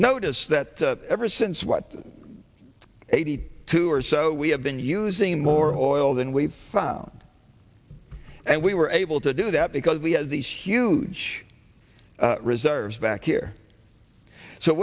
notice that ever since what eighty two or so we have been using more oil than we've found and we were able to do that because we had these huge reserves back here so